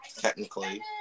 technically